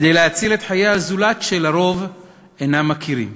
כדי להציל את חיי הזולת, שלרוב הם אינם מכירים.